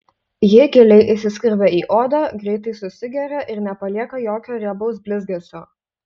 ji giliai įsiskverbia į odą greitai susigeria ir nepalieka jokio riebaus blizgesio